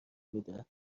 میده